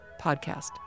podcast